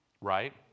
right